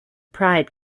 pride